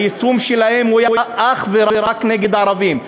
היישום שלהם היה אך ורק נגד ערבים.